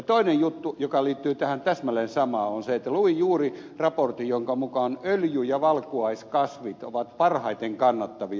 toinen juttu joka liittyy tähän täsmälleen samaan on se että luin juuri raportin jonka mukaan öljy ja valkuaiskasvit ovat parhaiten kannattavia